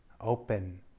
open